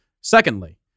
Secondly